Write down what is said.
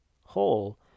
hole